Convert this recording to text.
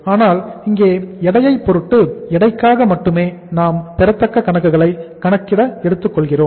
ஆனால் இங்கே எடையை பொருட்டு எடைக்காக மட்டுமே நாம் பெறத்தக்க கணக்குகளை கணக்கிட எடுத்துக் கொள்கிறோம்